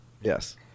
Yes